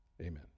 amen